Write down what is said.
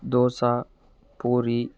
dosa puri